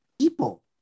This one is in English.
people